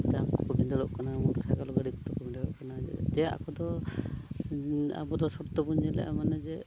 ᱡᱟᱦᱟᱸᱭ ᱠᱚᱠᱚ ᱵᱷᱤᱫᱟᱹᱲᱚᱜ ᱠᱟᱱᱟ ᱢᱚᱴᱚᱨ ᱥᱟᱭᱠᱮᱞ ᱜᱟᱹᱰᱤ ᱠᱚᱛᱮ ᱠᱚ ᱵᱷᱤᱫᱟᱹᱲᱚᱜ ᱠᱟᱱᱟ ᱪᱮᱫᱟᱜ ᱟᱵᱚ ᱫᱚ ᱥᱚᱠᱛᱚ ᱵᱚᱱ ᱧᱮᱞᱮᱫᱼᱟ ᱢᱟᱱᱮ ᱡᱮ